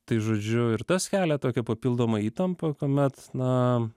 tai žodžiu ir tas kelia tokią papildomą įtampą kuomet na